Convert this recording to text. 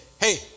hey